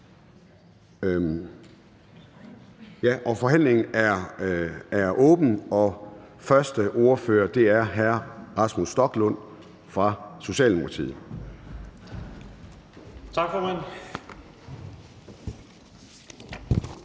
Forhandlingen er derfor åbnet, og den første ordfører er hr. Rasmus Stoklund fra Socialdemokratiet.